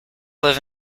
live